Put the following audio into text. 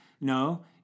No